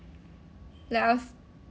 like us